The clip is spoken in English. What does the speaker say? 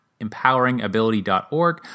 empoweringability.org